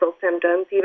symptoms